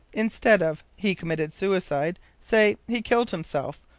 instead of he committed suicide, say, he killed himself,